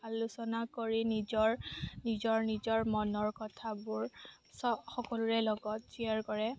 আলোচনা কৰি নিজৰ নিজৰ নিজৰ মনৰ কথাবোৰ চ সকলোৰে লগত শ্বেয়াৰ কৰে